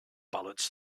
ballots